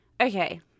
okay